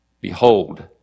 Behold